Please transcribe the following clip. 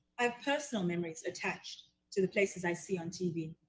i have personal memories attached to the places i see on tv.